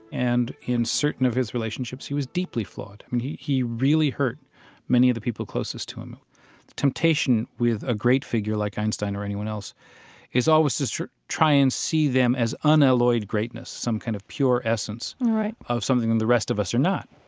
and in certain of his relationships, he was deeply flawed. i mean, he he really hurt many of the people closest to him. the temptation with a great figure like einstein or anyone else is always to try and see them as unalloyed greatness, some kind of pure essence of something and the rest of us are not.